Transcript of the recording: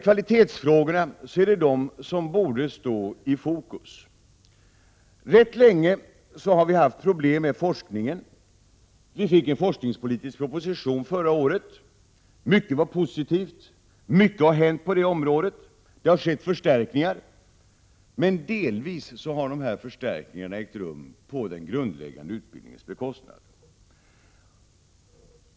Kvalitetsfrågorna borde stå i fokus. Vi har haft problem med forskningen ganska länge. Förra året fick vi en forskningspolitisk proposition. Mycket var positivt, och mycket har hänt på det området. Det har skett förstärkningar. Dessa förstärkningar har emellertid delvis ägt rum på den grundläggande utbildningens bekostnad.